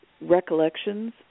recollections